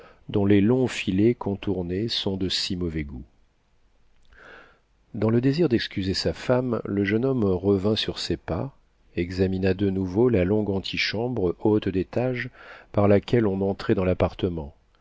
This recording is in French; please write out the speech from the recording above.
dont les longs filets contournés sont de si mauvais goût dans le désir d'excuser sa femme le jeune homme revint sur ses pas examina de nouveau la longue antichambre haute d'étage par laquelle on entrait dans l'appartement